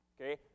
okay